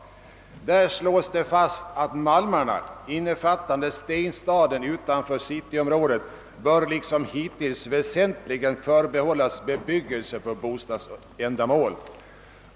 Där slås det fast att »malmarna, innefattande stenstaden utanför cityområdet, bör liksom hittills väsentligen förbehållas bebyggelse för bostadsändamål».